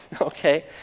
okay